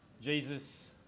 Jesus